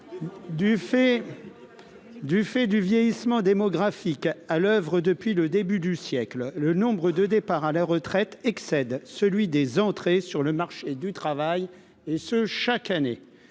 du fait du vieillissement démographique à l'oeuvre depuis le début du siècle, le nombre de départs à la retraite excède celui des entrées sur le marché du travail et ce chaque année